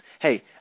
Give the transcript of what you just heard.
hey